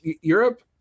Europe